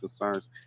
concerns